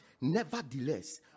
nevertheless